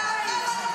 שר חייב להיות במליאה,